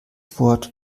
wort